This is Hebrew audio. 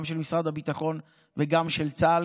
גם של משרד הביטחון וגם של צה"ל,